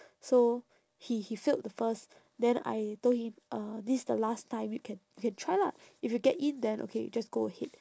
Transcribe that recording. so he he failed the first then I told him uh this is the last time you can you can try lah if you get in then okay you just go ahead